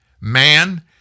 man